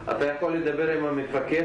לפעמים מאיימים עליהם,